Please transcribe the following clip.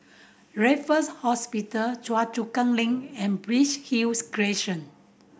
Raffles Hospital Choa Chu Kang Link and Bright Hill Crescent